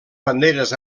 banderes